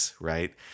Right